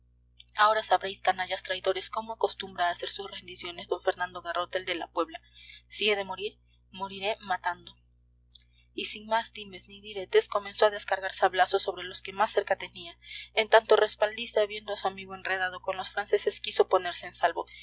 ahora sabréis canallas traidores cómo acostumbra a hacer sus rendiciones d fernando garrote el de la puebla si he de morir moriré matando y sin más dimes ni diretes comenzó a descargar sablazos sobre los que más cerca tenía en tanto respaldiza viendo a su amigo enredado con los franceses quiso ponerse en salvo